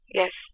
yes